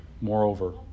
Moreover